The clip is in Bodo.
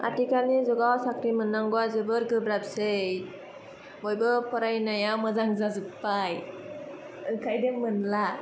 आथिखालनि जुगाव साख्रि मोननांगौया जोबोर गोब्राबसै बयबो फरायनाया मोजां जाजोबबाय ओंखायनो मोनला